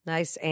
Nice